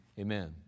amen